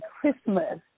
Christmas